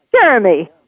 Jeremy